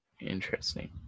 interesting